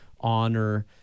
honor